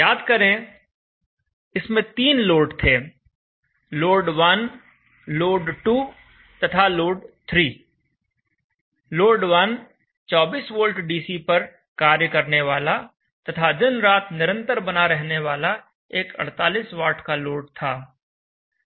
याद करें इसमें तीन लोड थे लोड 1 लोड 2 तथा लोड 3 लोड 1 24 V DC पर कार्य करने वाला तथा दिन रात निरंतर बना रहने वाला एक 48 W का लोड था